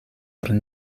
kun